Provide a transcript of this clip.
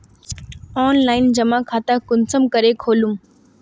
Online जमा खाता कुंसम करे खोलूम?